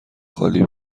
خالی